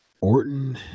Orton